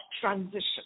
transition